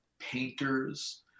painters